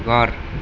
घर